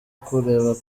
kureba